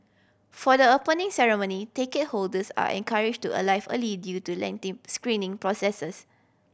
for the Opening Ceremony ticket holders are encourage to alive early due to lengthy screening processes